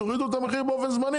תורידו את המחיר באופן זמני,